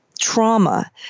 trauma